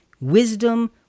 wisdom